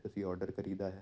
ਅਤੇ ਅਸੀਂ ਔਡਰ ਕਰੀਦਾ ਹੈ